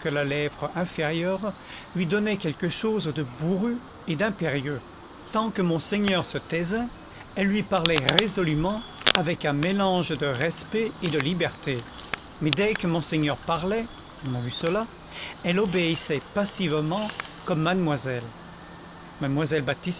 la lèvre inférieure lui donnaient quelque chose de bourru et d'impérieux tant que monseigneur se taisait elle lui parlait résolument avec un mélange de respect et de liberté mais dès que monseigneur parlait on a vu cela elle obéissait passivement comme mademoiselle mademoiselle baptistine